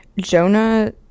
Jonah